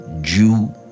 Jew